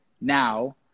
now